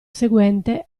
seguente